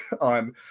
on